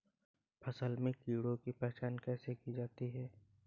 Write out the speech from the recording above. फसल में कीड़ों की पहचान कैसे की जाती है?